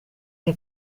che